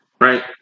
Right